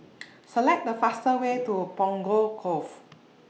Select The fastest Way to Punggol Cove